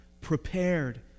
prepared